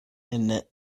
innit